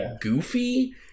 goofy